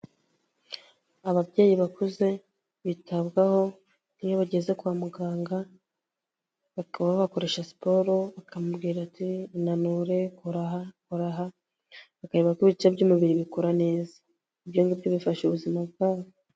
Ababyeyi bakuze bitabwaho iyo bageze kwa muganga, bakaba babakoresha siporo bakamubwira ati "inure, kora aha, kora aha", bakareba ko ibice by'umubiri bikora neza. Ibyongibyo bifasha ubuzima bwabo.